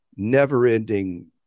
never-ending